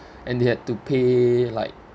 and they had to pay like